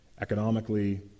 Economically